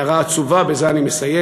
הערה עצובה, בזה אני מסיים.